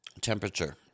temperature